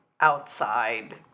outside